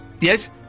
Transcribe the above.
Yes